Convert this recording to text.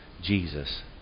Jesus